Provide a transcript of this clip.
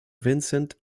vincent